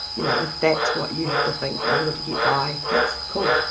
you know, if that's what you have to think in order to get by that's cool,